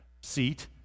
seat